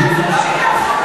איזו מין הצעה זו?